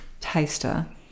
taster